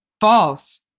false